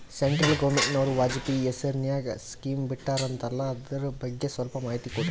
Central ಗವರ್ನಮೆಂಟನವರು ವಾಜಪೇಯಿ ಹೇಸಿರಿನಾಗ್ಯಾ scheme ಬಿಟ್ಟಾರಂತಲ್ಲ ಅದರ ಬಗ್ಗೆ ಸ್ವಲ್ಪ ಮಾಹಿತಿ ಕೊಡ್ರಿ?